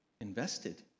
invested